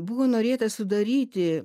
buvo norėta sudaryti